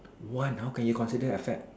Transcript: one how can you consider a fad